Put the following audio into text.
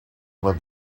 will